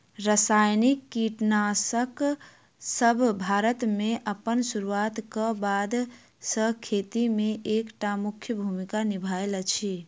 रासायनिक कीटनासकसब भारत मे अप्पन सुरुआत क बाद सँ खेती मे एक टा मुख्य भूमिका निभायल अछि